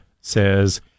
says